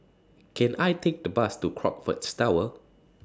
Can I Take The Bus to Crockfords Tower